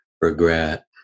regret